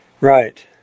Right